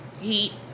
Heat